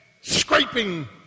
scraping